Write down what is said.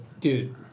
Dude